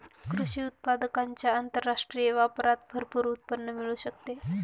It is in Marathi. कृषी उत्पादकांच्या आंतरराष्ट्रीय व्यापारात भरपूर उत्पन्न मिळू शकते